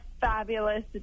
fabulous